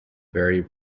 very